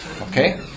Okay